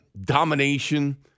domination